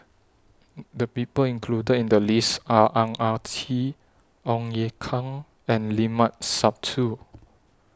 The People included in The list Are Ang Ah Tee Ong Ye Kung and Limat Sabtu